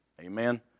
Amen